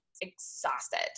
exhausted